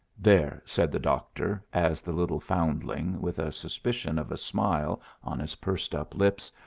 there, said the doctor, as the little foundling, with a suspicion of a smile on his pursed-up lips,